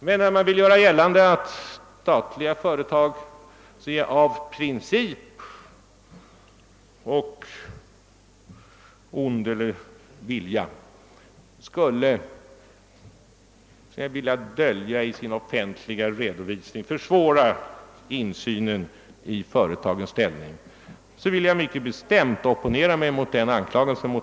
Men när man vill göra gällande att statliga företag av princip och av ond vilja i sin offentliga redovisning skulle försöka försvåra insynen i företaget vill jag mycket bestämt opponera mig mot denna anklagelse.